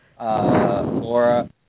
Laura